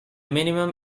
minimum